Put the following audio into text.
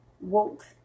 Woke